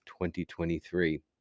2023